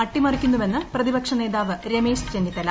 അട്ടിമറിക്കുന്നുവെന്ന് പ്രപ്രതിപക്ഷ നേതാവ് രമേശ് ചെന്നിത്തല